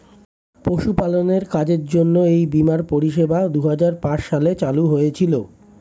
পশুপালনের কাজের জন্য এই বীমার পরিষেবা দুহাজার পাঁচ সালে শুরু হয়েছিল